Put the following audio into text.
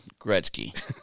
Gretzky